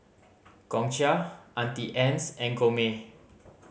Gongcha Auntie Anne's and Gourmet